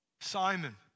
Simon